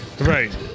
Right